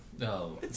No